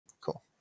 Cool